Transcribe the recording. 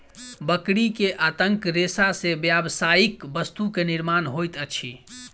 बकरी के आंतक रेशा से व्यावसायिक वस्तु के निर्माण होइत अछि